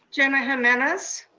jena jimenez.